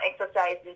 exercises